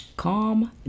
Calm